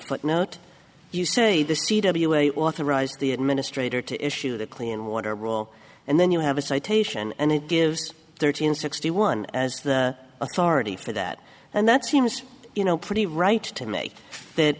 put note you say this authorized the administrator to issue the clean water rule and then you have a citation and it gives thirteen sixty one as the authority for that and that seems you know pretty right to make that